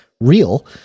real